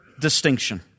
distinction